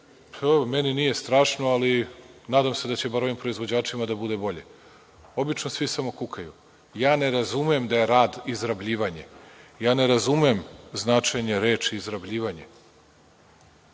to meni nije strašno, ali nadam se da će ovim proizvođačima da bude bolje. Obično svi samo kukaju. Ja ne razumem da je rad izrabljivanje. Ja ne razumem značenje reči izrabljivanje,